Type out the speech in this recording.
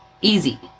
easy